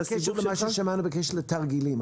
אבל מה בקשר למה ששמענו בקשר לתרגילים?